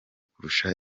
kurusha